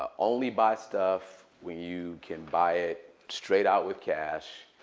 ah only buy stuff when you can buy it straight out with cash,